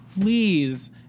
please